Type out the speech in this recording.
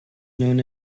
known